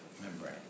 membrane